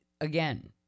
again